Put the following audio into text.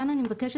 כאן אני מבקשת,